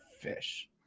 fish